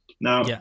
Now